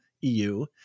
eu